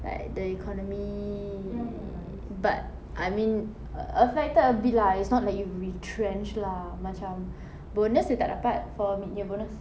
like the economy but I mean affected a bit lah it's not like you retrenched lah macam bonus dia tak dapat for mid-year bonus